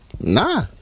Nah